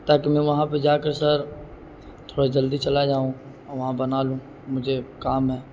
تاکہ میں وہاں پہ جا کر سر تھوڑا جلدی چلا جاؤں وہاں بنا لوں مجھے کام ہے